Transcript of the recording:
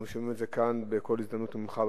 אנחנו שומעים את זה כאן בכל הזדמנות ממך בבית,